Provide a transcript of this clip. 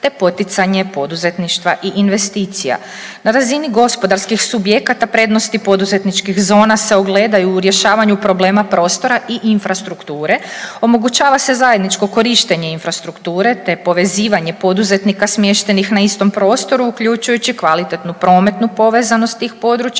te poticanje poduzetništva i investicija. Na razini gospodarskih subjekata prednosti poduzetničkih zona se ogledaju u rješavanju problema prostora i infrastrukture, omogućava se zajedničko korištenje infrastrukture te povezivanje poduzetnika smještenih na istom prostoru uključujući kvalitetnu prometnu povezanost tih područja